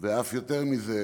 ואף יותר מזה